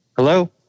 Hello